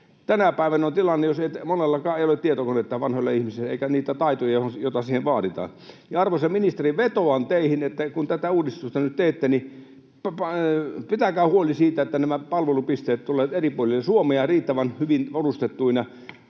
Tänä päivänä on tilanne, että monellakaan vanhalla ihmisellä ei ole tietokonetta eikä niitä taitoja, joita siihen vaaditaan. Arvoisa ministeri, vetoan teihin, että kun tätä uudistusta nyt teette, niin pitäkää huoli siitä, että nämä palvelupisteet tulevat eri puolille Suomea riittävän hyvin varustettuina.